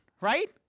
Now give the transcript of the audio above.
right